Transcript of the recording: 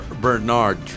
Bernard